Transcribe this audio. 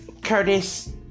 Curtis